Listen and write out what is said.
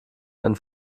einen